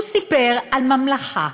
הוא סיפר על ממלכה,